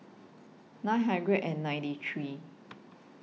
nine hundred and ninety three